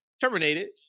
terminated